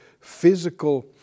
physical